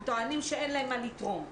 הם טוענים שאין להם מה לתרום לדיון.